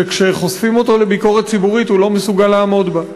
שכשחושפים אותו לביקורת ציבורית הוא לא מסוגל לעמוד בה.